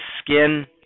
skin